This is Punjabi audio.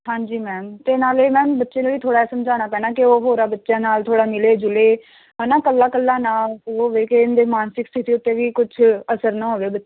ਹਾਂਜੀ ਮੈਮ ਅਤੇ ਨਾਲੇ ਮੈਮ ਬੱਚੇ ਨੂੰ ਵੀ ਥੋੜ੍ਹਾ ਸਮਝਾਉਣਾ ਪੈਣਾ ਕਿ ਉਹ ਹੋਰਾਂ ਬੱਚਿਆਂ ਨਾਲ ਥੋੜ੍ਹਾ ਮਿਲੇ ਜੁਲੇ ਹੈ ਨਾ ਇਕੱਲਾ ਇਕੱਲਾ ਨਾ ਹੋਵੇ ਕਿ ਇਹਦੇ ਮਾਨਸਿਕ ਸਥਿਤੀ ਉੱਤੇ ਵੀ ਕੁਝ ਅਸਰ ਨਾ ਹੋਵੇ ਬੱਚੇ 'ਤੇ